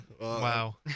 Wow